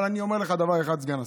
אבל אני אומר לך דבר אחד, סגן השר: